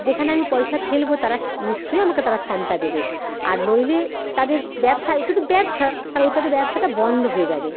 যেখানে আমি পয়সা ফেলব তারা স্ নিশ্চয়ই আমাকে তারা শ্রমটা দেবে আর নইলে তাদের ব্যবসা এটা তো ব্যবসা তা ও তাদের ব্যবসাটা বন্ধ হয়ে যাবে